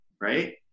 right